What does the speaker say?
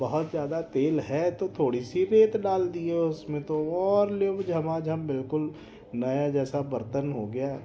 बहुत ज़्यादा तेल है तो थोड़ी सी रेत डाल दिए उस में तो और झमाझम बिल्कुल नया जैसा बर्तन हो गया